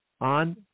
on